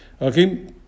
Okay